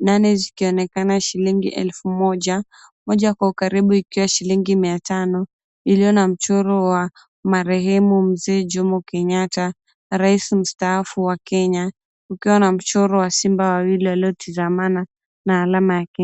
Nane zikionekana shillingi elfu moja, moja kwa ukaribu ikiwa shillingi mia Tano iliyo na mchoro wa marehemu Mzee Jomo Kenyatta, Raisi mstaafu wa Kenya, kukiwa na mchoro wa simba wawili waliotizamana na alama ya Kenya.